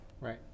Right